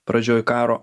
pradžioj karo